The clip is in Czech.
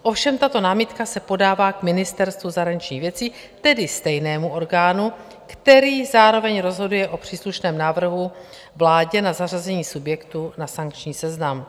Ovšem tato námitka se podává k Ministerstvu zahraničních věcí, tedy stejnému orgánu, který zároveň rozhoduje o příslušném návrhu vládě na zařazení subjektu na sankční seznam.